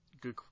Good